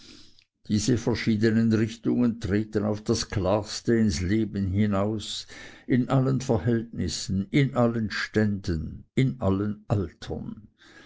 diese verschiedenen richtungen treten auf das klarste ins leben hinaus in allen verhältnissen in allen ständen in allen altern